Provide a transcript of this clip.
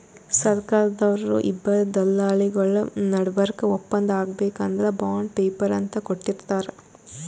ಸರ್ಕಾರ್ದವ್ರು ಇಬ್ಬರ್ ದಲ್ಲಾಳಿಗೊಳ್ ನಡಬರ್ಕ್ ಒಪ್ಪಂದ್ ಆಗ್ಬೇಕ್ ಅಂದ್ರ ಬಾಂಡ್ ಪೇಪರ್ ಅಂತ್ ಕೊಟ್ಟಿರ್ತಾರ್